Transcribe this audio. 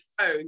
phone